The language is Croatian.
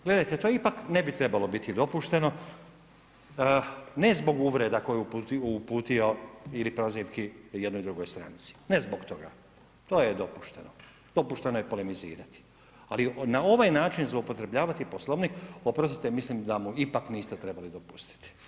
Gledajte to ipak ne bi trebalo biti dopušteno, ne zbog uvreda koje je uputio ili prozivki jednoj drugoj stranci, ne zbog toga, to je dopušteno, dopušteno je polemizirati ali na ovaj način zloupotrjebljavati Poslovnik, oprostite mislim da mu ipak niste trebali dopustiti.